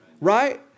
Right